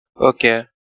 Okay